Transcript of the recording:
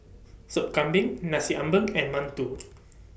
Sop Kambing Nasi Ambeng and mantou